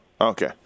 Okay